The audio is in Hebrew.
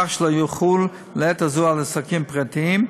כך שלא יחול לעת הזו על עסקים פרטיים.